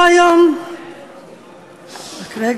שקט.